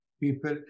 people